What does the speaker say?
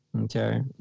okay